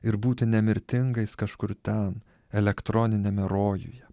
ir būti nemirtingais kažkur ten elektroniniame rojuje